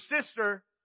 sister